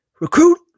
recruit